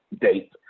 date